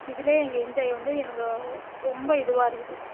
இதில் எங்கள் என்ஜாய் வந்து எனக்கு ரொம்ப இதுவாக இருக்குது